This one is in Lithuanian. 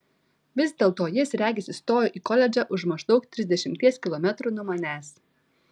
vis dėlto jis regis įstojo į koledžą už maždaug trisdešimties kilometrų nuo manęs